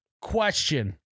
Question